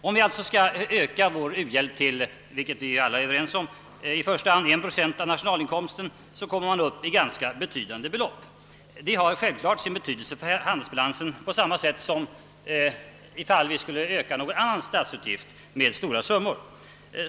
Om vi alltså skall öka vår u-landshjälp, vilket vi alla är överens om, i första hand till en procent av nationalinkomsten, så kommer vi upp till ganska betydande belopp. Detta har självfallet sin betydelse för handelsbalansen, på samma sätt som om vi skulle öka någon annan statsutgift med stora summor.